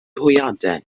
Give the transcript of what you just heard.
hwyaden